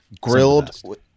Grilled